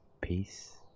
Peace